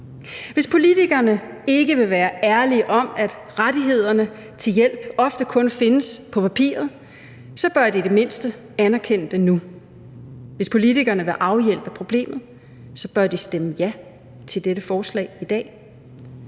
Hvis politikerne ikke vil være ærlige om, at rettighederne til hjælp ofte kun findes på papiret, så bør de i det mindste anerkende det nu. Hvis politikerne vil afhjælpe problemet, bør de stemme ja til dette forslag.